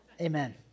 Amen